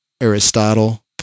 Aristotle